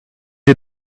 the